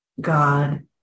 God